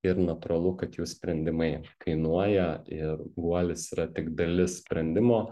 ir natūralu kad jų sprendimai kainuoja ir guolis yra tik dalis sprendimo